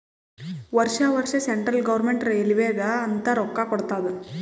ವರ್ಷಾ ವರ್ಷಾ central government ರೈಲ್ವೇಗ ಅಂತ್ ರೊಕ್ಕಾ ಕೊಡ್ತಾದ್